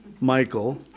michael